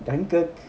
dunkirk